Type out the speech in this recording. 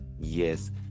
yes